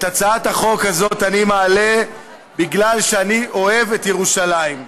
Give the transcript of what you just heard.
את הצעת החוק הזאת אני מעלה כי אני אוהב את ירושלים,